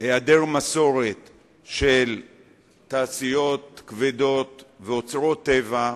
העדר מסורת של תעשיות כבדות ואוצרות טבע,